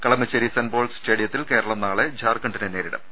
Kalamassery saint Paul's സ്റ്റേഡിയത്തിൽ കേരളം നാളെ ഝാർഖണ്ഡിനെ നേരിടും